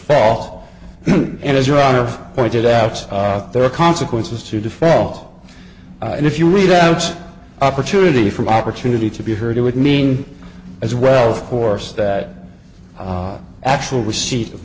fall and as your honor pointed out there are consequences to default and if you read out opportunity for opportunity to be heard it would mean as well for course that actual receipt of